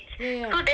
ya ya ya